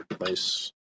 Nice